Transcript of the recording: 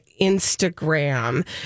Instagram